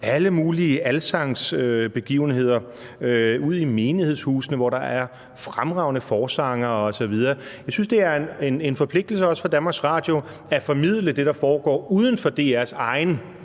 alle mulige alsangbegivenheder ude i menighedshusene, hvor der er fremragende forsangere osv. Jeg synes, det er en forpligtelse også for DR at formidle det, der foregår uden for DR's egen